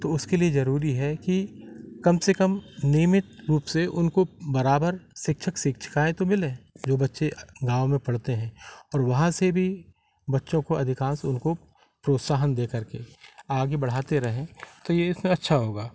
तो उसके लिए ज़रूरी है कि कम से कम नियमित रूप से उनको बराबर शिक्षक शिक्षिकाऍं तो मिलें जो बच्चे गाँव में पढ़ते हैं और वहाँ से भी बच्चों को अधिकांश उनको प्रोत्साहन देकर के आगे बढ़ाते रहें तो यह अच्छा होगा